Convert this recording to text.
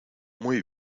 muy